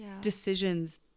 decisions